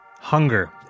Hunger